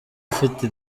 ufite